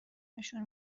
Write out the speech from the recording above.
نشون